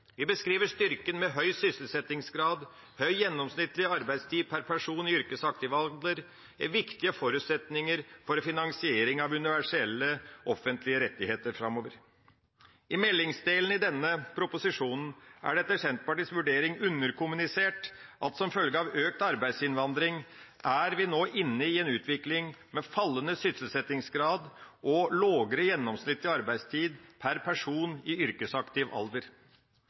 Vi beskriver styrken med høy sysselsettingsgrad, høy gjennomsnittlig arbeidstid per person i yrkesaktiv alder – viktige forutsetninger for finansiering av universelle offentlige rettigheter framover. I meldingsdelen av denne proposisjonen er det etter Senterpartiets vurdering underkommunisert at som følge av økt arbeidsinnvandring er vi nå inne i en utvikling med fallende sysselsettingsgrad og lavere gjennomsnittlig arbeidstid per person i yrkesaktiv alder.